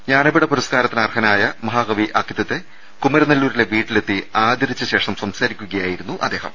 ജ്ഞാനപീഠം അവാർഡിനർഹനായ മ ഹാകവി അക്കിത്തത്തെ കുമരനെല്ലൂരിലെ വീട്ടിലെത്തി ആദരിച്ച ശേഷം സം സാരിക്കുകയായിരുന്നു അദ്ദേഹം